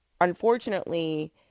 unfortunately